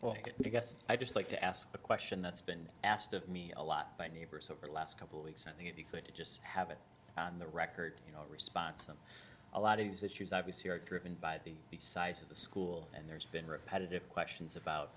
you guessed i'd just like to ask a question that's been asked of me a lot by neighbors over the last couple of weeks i think if you could just have it on the record you know response i'm a lot of these issues obviously are driven by the size of the school and there's been repetitive questions about